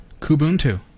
Kubuntu